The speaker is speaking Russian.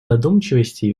задумчивости